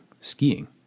skiing